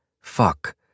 fuck